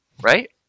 Right